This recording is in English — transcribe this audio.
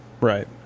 Right